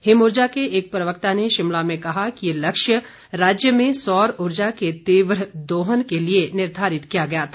हिमउर्जा के एक प्रवक्ता ने शिमला में कहा कि ये लक्ष्य राज्य में सौर उर्जा के तीव्र दोहन के लिए निर्धारित किया गया था